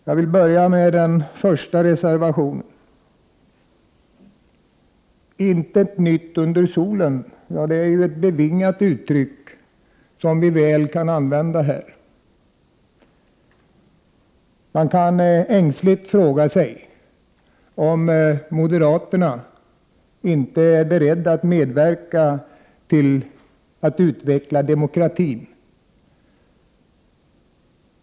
Jag vill börja med den första reservationen. ”Intet nytt under solen” är ett bevingat uttryck som vi väl kan använda här. Man kan ängsligt fråga sig om moderaterna inte är beredda att medverka till att utveckla demokratin.